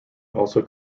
also